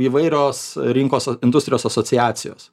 įvairios rinkos industrijos asociacijos